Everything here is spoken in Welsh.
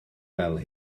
fel